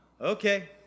okay